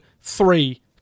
three